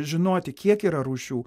žinoti kiek yra rūšių